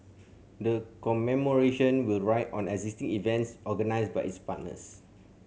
the commemoration will ride on existing events organised by its partners